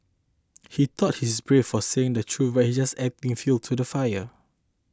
he thought he's brave for saying the truth but he just adding fuel to the fire